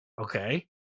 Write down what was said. okay